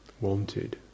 wanted